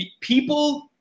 people